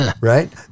right